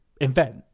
invent